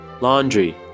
Laundry